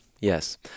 yes